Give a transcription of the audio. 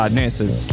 nurses